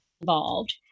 involved